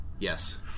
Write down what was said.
Yes